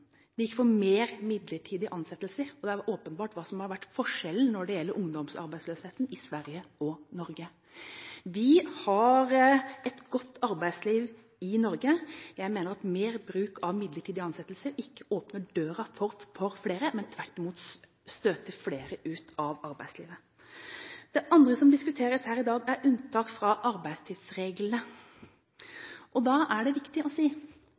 de gikk for flere midlertidige ansettelser, og det er åpenbart hva som har vært forskjellen når det gjelder ungdomsarbeidsløsheten i Sverige og Norge. Vi har et godt arbeidsliv i Norge. Jeg mener at mer bruk av midlertidige ansettelser ikke åpner døra for flere, men tvert imot støter flere ut av arbeidslivet. Det andre som diskuteres her i dag, er unntak fra arbeidstidsreglene. Da er det viktig å si